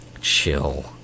Chill